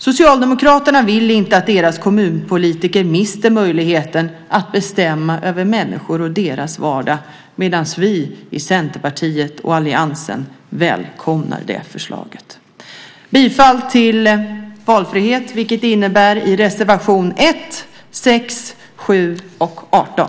Socialdemokraterna vill inte att deras kommunpolitiker mister möjligheten att bestämma över människor och deras vardag medan vi i Centerpartiet och alliansen välkomnar det förslaget. Jag yrkar bifall till valfrihet, vilket innebär reservation 1, 6, 7 och 18!